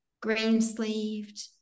green-sleeved